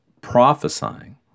prophesying